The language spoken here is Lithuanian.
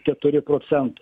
keturi procentai